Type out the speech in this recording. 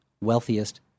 wealthiest